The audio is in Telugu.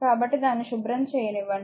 కాబట్టి దాన్ని శుభ్రం చేయనివ్వండి